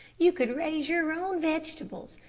you could raise your own vegetables.